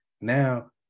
now